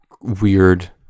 weird